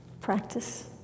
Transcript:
practice